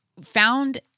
found